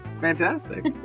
fantastic